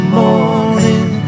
morning